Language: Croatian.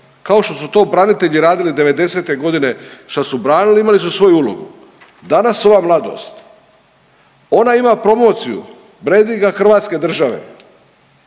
kao što su to branitelji radili devedesete godine što su branili imali su svoju ulogu. Danas ova mladost, ona ima promociju brendinga Hrvatske države.